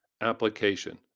application